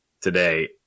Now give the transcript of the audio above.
today